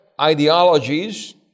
ideologies